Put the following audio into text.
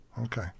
okay